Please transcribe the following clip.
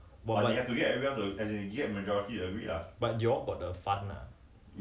then den tiles all this 是谁还